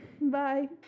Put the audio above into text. Bye